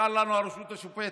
נשארה לנו הרשות השופטת.